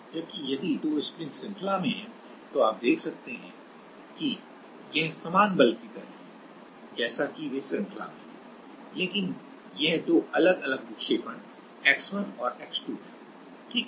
जबकि यदि दो स्प्रिंग्स श्रृंखला में हैं तो आप देख सकते हैं कि यह समान बल की तरह है जैसा कि वे श्रृंखला में हैं लेकिन यह दो अलग अलग विक्षेपण x1 और x2 है ठीक है